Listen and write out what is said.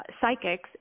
psychics